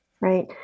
right